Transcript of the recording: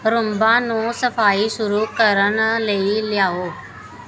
Roomba ਨੂੰ ਸਫਾਈ ਸ਼ੁਰੂ ਕਰਨ ਲਈ ਲਿਆਓ